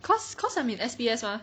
cause cause I'm in S_P_S mah